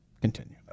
continue